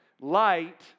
Light